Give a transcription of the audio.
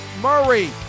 Murray